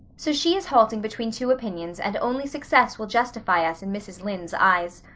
so she is halting between two opinions and only success will justify us in mrs. lynde's eyes.